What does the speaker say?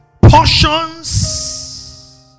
Portions